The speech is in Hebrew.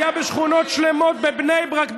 היה בשכונות שלמות בבני ברק,